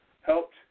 helped